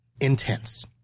intense